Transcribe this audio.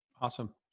Awesome